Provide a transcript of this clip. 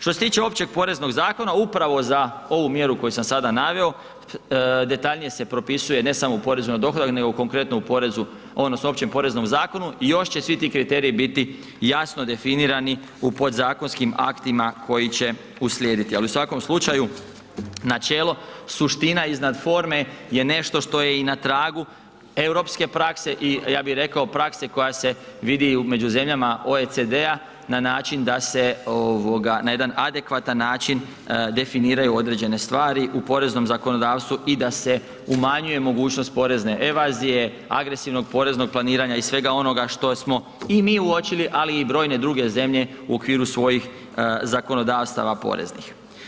To se tiče Općeg poreznog zakona upravo za ovu mjeru koju sam sada naveo, detaljnije se propisuje, ne samo u porezu na dohodak nego konkretno u porezu, odnosno Općem poreznom zakonu, još će svi ti kriteriji biti jasno definirani u podzakonskim aktima koji će uslijediti, ali u svakom slučaju, načelo suština iznad forme je nešto što je i na tragu europske prakse i ja bih rekao prakse koja se vidi i među zemljama OECD-a na način da se na jedan adekvatan način definiraju određene stvari u poreznom zakonodavstvu i da se umanjuje mogućnost porezna evazije, agresivnog poreznog planiranja i svega onoga što smo i mi uočili, ali i brojne druge zemlje u okviru svojih zakonodavstava poreznih.